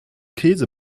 käse